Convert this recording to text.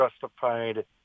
justified